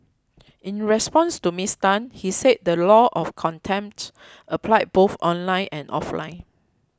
in response to Miss Tan he said the law of contempt applied both online and offline